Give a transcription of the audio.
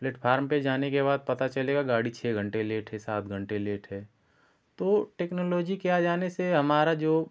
platform पर जाने के बाद पता चलेगा गाड़ी छः घंटे लेट है सात घंटे लेट है तो टेक्नोलॉजी के आ जाने से हमारा जो